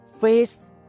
face